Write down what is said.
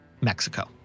Mexico